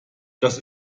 das